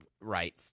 right